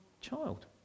child